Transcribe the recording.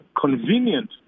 convenient